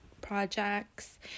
projects